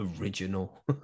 original